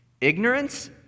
ignorance